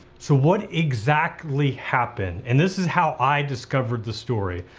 so what exactly happened? and this is how i discovered the story.